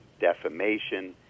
defamation